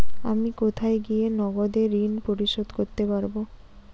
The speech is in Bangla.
আমি কোথায় গিয়ে নগদে ঋন পরিশোধ করতে পারবো?